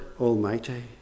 Almighty